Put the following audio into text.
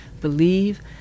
believe